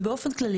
ובאופן כללי,